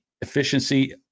efficiency